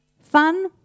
Fun